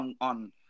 on